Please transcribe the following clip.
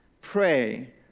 Pray